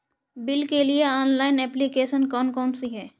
Bill के लिए online application कौन कौन सी हैं?